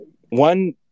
One